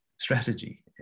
strategy